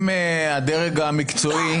אם הדרג המקצועי,